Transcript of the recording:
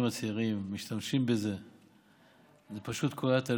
הצעירים משתמשים בזה זה פשוט קורע את הלב,